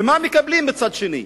ומה מקבלים בצד שני?